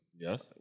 Yes